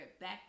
back